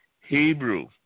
Hebrew